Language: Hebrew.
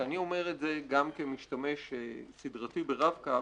שאני אומר את זה גם כמשתמש סדרתי ברב קו,